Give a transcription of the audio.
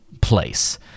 place